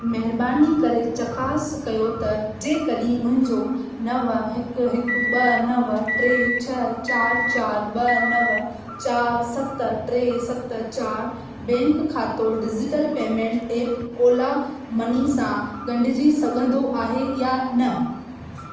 महिरबानी करे चकासु कयो त जेकॾहिं मुंहिंजो नव हिकु हिकु ॿ नव टे छह चार चार ॿ नव चार सत टे सत चार बैंक खातो digital payment app Ola money सां ॻंढिजी सघंदो आहे या न